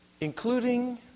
including